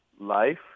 life